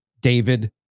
David